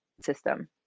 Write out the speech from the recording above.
system